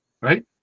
Right